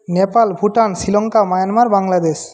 Nepal Bhutan Sri Lanka Myanmar Bangladesh